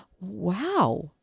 wow